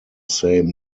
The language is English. same